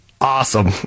Awesome